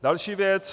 Další věc.